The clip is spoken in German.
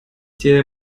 der